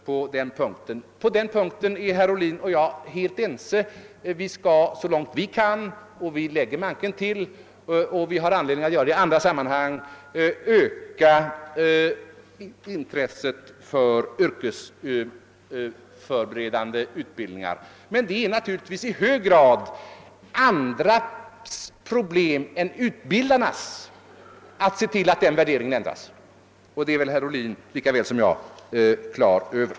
På denna punkt är herr Ohlin och jag helt ense: vi skall så långt vi kan — och vi lägger manken till och har an ledning att göra det i andra sammanhang — öka intresset för yrkesförberedande utbildningar. Men det är naturligtvis i stor utsträckning andra än utbildarna som har att se till att den värderingen ändras — det är herr Ohlin lika väl som jag klar över.